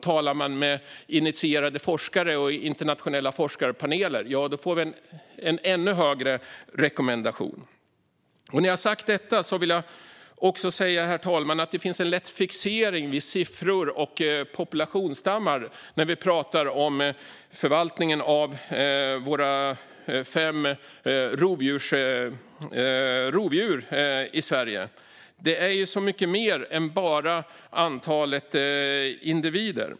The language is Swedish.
Talar man med initierade forskare och internationella forskarpaneler får vi en rekommendation som är ännu högre. När jag har sagt detta vill jag också säga, herr talman, att det finns en lätt fixering vid siffror och populationsstammar när det gäller förvaltningen av våra fem rovdjur i Sverige. Det handlar om så mycket mer än bara antalet individer.